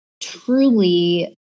truly